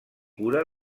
cura